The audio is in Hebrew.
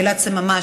גלעד סממה,